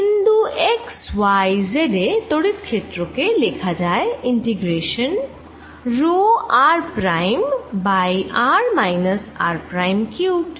বিন্দু x y z এ তড়িৎ ক্ষেত্র কে লেখা যায় ইন্টেগ্রেশন রো r prime by r minus r prime cubed